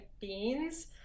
beans